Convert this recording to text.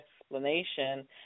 explanation